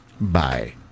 Bye